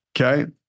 Okay